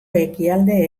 ekialde